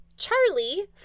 Charlie